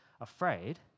afraid